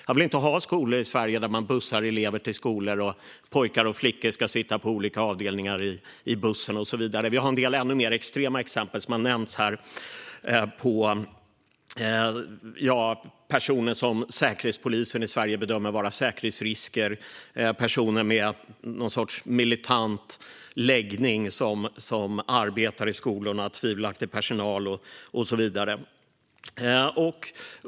Jag vill inte ha skolor i Sverige dit man bussar elever - pojkar och flickor ska sitta i olika avdelningar i bussen och så vidare. Vi har en del ännu mer extrema exempel som har nämnts här. Det gäller personer som Säkerhetspolisen i Sverige bedömer vara säkerhetsrisker. Det är personer med någon sorts militant läggning som arbetar i skolorna. Det är tvivelaktig personal och så vidare.